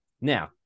Now